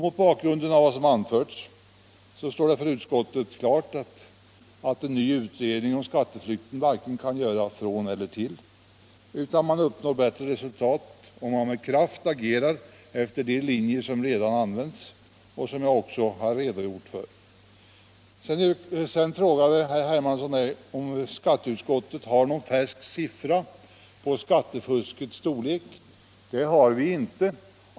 Mot bakgrund av vad som anförts står det för utskottet klart att en ny utredning om skatteflykten kan göra varken från eller till, utan man uppnår bättre resultat om man med kraft agerar efter de linjer som redan följts och som jag också har redogjort för. Sedan frågade herr Hermansson mig om vi i skatteutskottet har någon färsk siffra på skattefuskets storlek. Det har vi inte.